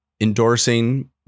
endorsing